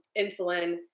insulin